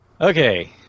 Okay